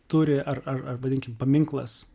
turi ar ar ar vadinkim paminklas